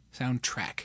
Soundtrack